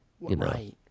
Right